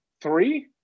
Three